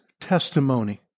testimony